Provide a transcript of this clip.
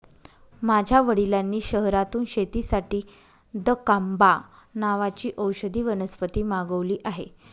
माझ्या वडिलांनी शहरातून शेतीसाठी दकांबा नावाची औषधी वनस्पती मागवली आहे